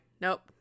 Nope